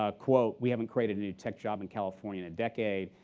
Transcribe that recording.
ah quote, we haven't created a new tech job in california in a decade.